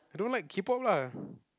I don't like K Pop lah